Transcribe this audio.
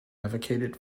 advocated